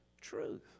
truth